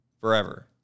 forever